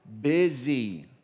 busy